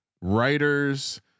writers